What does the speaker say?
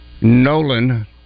Nolan